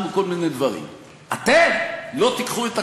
אתם הרי יודעים שזה לא רציני וזה לא יהיה,